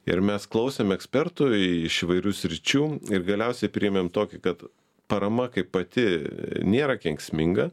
ir mes klausėm ekspertų iš įvairių sričių ir galiausiai priėmėm tokį kad parama kaip pati nėra kenksminga